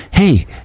Hey